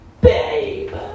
babe